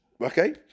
okay